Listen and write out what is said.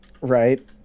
Right